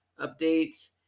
updates